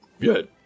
good